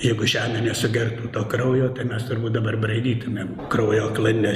jeigu žemė nesugertų to kraujo tai mes turbūt dabar braidytumėm kraujo klane